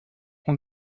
ont